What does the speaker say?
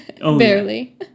Barely